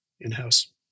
in-house